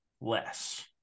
less